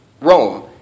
Rome